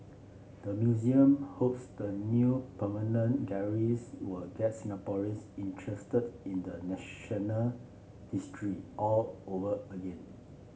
the museum hopes the new permanent galleries will get Singaporeans interested in the national history all over again